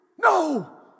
No